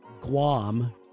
Guam